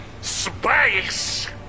Space